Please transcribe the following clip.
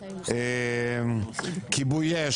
כיבוי אש.